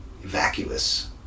vacuous